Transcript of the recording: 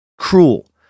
cruel